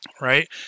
Right